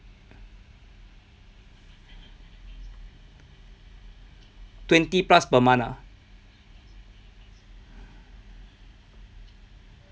twenty plus per month ah